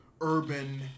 urban